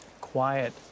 Quiet